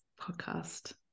podcast